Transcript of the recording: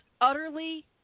utterly